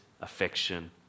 affection